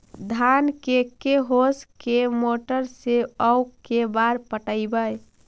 धान के के होंस के मोटर से औ के बार पटइबै?